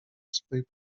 swojej